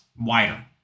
wider